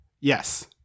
Yes